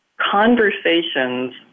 conversations